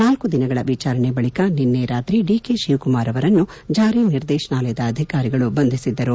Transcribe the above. ನಾಲ್ಕು ದಿನಗಳ ವಿಚಾರಣೆ ಬಳಿಕ ನಿನ್ನೆ ರಾತ್ರಿ ಡಿಕೆ ಶಿವಕುಮಾರ್ ಅವರನ್ನು ಜಾರಿ ನಿರ್ದೇಶನಾಲಯ ಅಧಿಕಾರಿಗಳು ಬಂಧಿಸಿದ್ದರು